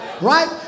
Right